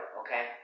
okay